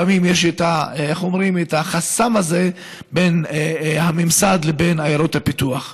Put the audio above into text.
לפעמים יש את החסם הזה בין הממסד לבין עיירות הפיתוח.